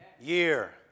year